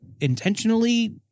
intentionally